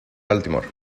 baltimore